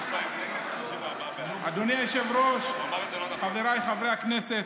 אדוני היושב-ראש, חבריי חברי הכנסת,